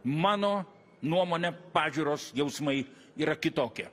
mano nuomone pažiūros jausmai yra kitokie